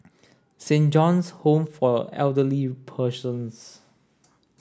Saint John's Home for Elderly Persons